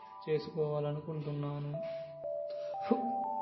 చేసుకోవాలనుకుంటున్నాను